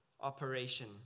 operation